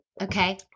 okay